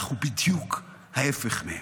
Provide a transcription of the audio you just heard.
אנחנו בדיוק ההפך מהם.